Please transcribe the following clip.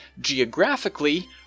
geographically